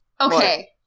Okay